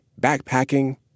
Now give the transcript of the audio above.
backpacking